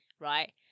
right